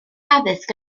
addysg